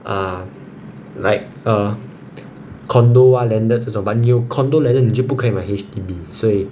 uh like a condo ah landed 这种 but 你有 condo landed 你就不可以买 H_D_B 所以